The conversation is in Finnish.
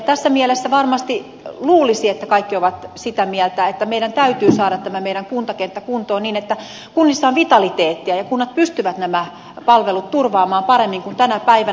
tässä mielessä varmasti luulisi että kaikki ovat sitä mieltä että meidän täytyy saada tämä meidän kuntakenttä kuntoon niin että kunnissa on vitaliteettia ja kunnat pystyvät nämä palvelut turvaamaan paremmin kuin tänä päivänä